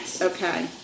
Okay